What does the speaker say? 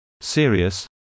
serious